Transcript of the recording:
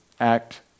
act